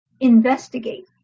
investigate